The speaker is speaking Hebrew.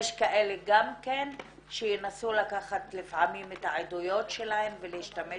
יש גם כאלה שינסו לקחת את העדויות שלהן ולהשתמש